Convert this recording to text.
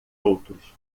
outros